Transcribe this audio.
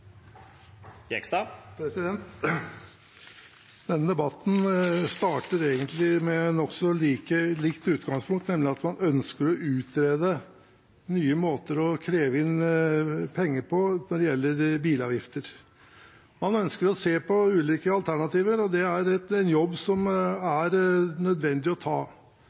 Denne debatten starter egentlig med nokså like utgangspunkt, nemlig at man ønsker å utrede nye måter å kreve inn penger på når det gjelder bilavgifter. Man ønsker å se på ulike alternativer, og det er en jobb som er nødvendig å ta.